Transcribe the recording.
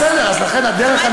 בסדר, אז לכן הדרך,